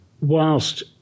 whilst